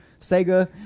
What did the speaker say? Sega